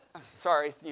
sorry